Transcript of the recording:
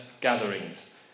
gatherings